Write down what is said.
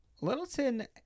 Littleton